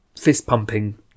fist-pumping